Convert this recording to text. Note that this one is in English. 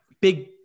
big